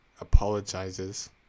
apologizes